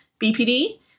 BPD